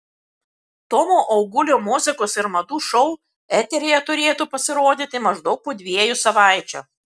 tomo augulio muzikos ir madų šou eteryje turėtų pasirodyti maždaug po dviejų savaičių